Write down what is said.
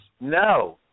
No